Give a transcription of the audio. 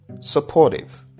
supportive